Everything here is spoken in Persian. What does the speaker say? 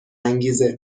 انگیزه